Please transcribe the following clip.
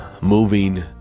moving